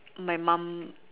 my mum